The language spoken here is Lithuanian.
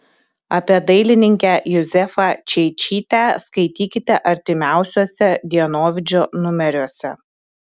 apie dailininkę juzefą čeičytę skaitykite artimiausiuose dienovidžio numeriuose